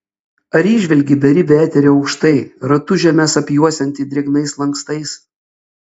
ar įžvelgi beribį eterį aukštai ratu žemes apjuosiantį drėgnais lankstais